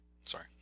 sorry